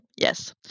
Yes